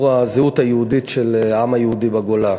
הזהות היהודית של העם היהודי בגולה.